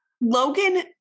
Logan